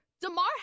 Demar